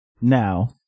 Now